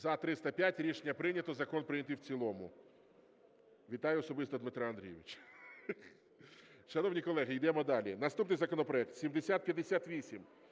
За-305 Рішення прийнято. Закон прийнятий в цілому. Вітаю особисто Дмитра Андрійовича. Шановні колеги, йдемо далі. Наступний законопроект 7058.